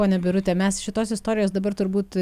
ponia birute mes šitos istorijos dabar turbūt